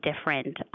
different